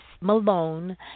Malone